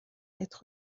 être